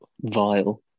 vile